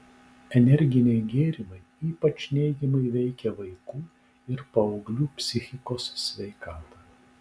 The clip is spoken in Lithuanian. energiniai gėrimai ypač neigiamai veikia vaikų ir paauglių psichikos sveikatą